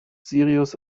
sirius